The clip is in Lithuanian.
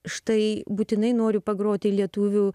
štai būtinai noriu pagroti lietuvių